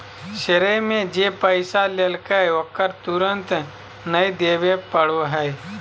श्रेय में जे पैसा लेलकय ओकरा तुरंत नय देबे पड़ो हइ